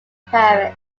paris